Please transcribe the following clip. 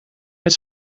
het